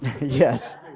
Yes